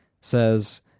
says